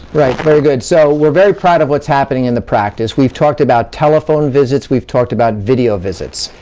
right, very good. so, we're very proud of what's happening in the practice. we've talked about telephone visits, we've talked about video visits.